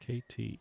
kt